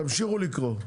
תמשיכו לקרוא.